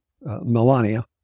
Melania